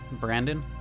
Brandon